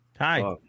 hi